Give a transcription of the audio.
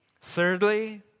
Thirdly